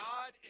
God